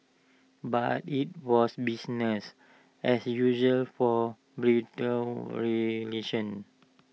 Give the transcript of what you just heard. but IT was business as usual for bilateral relations